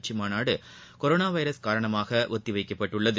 உச்சி மாநாடு corona virus காரணமாக ஒத்திவைக்கப்பட்டுள்ளது